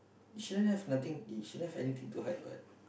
you shouldn't have nothing you shouldn't have anything to hide what